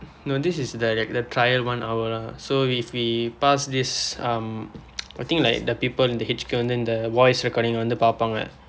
no this is the like the trial one hour lah so if we pass this um I think like the people in the H_Q and then the voice recording வந்து பார்ப்பார்கள்:vandthu paarppaarkal